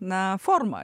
na forma